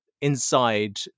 inside